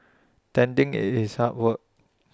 tending IT is hard work